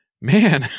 man